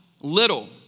little